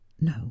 No